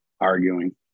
arguing